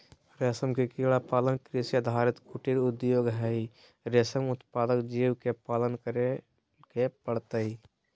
रेशम के कीड़ा पालन कृषि आधारित कुटीर उद्योग हई, रेशम उत्पादक जीव के पालन करे के पड़ हई